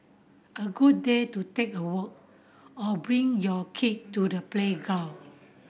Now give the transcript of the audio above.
a good day to take a walk or bring your kid to the playground